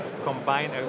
Combine